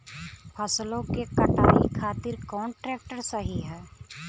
फसलों के कटाई खातिर कौन ट्रैक्टर सही ह?